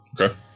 Okay